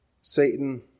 Satan